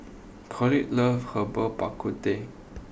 Clotilde loves Herbal Bak Ku Teh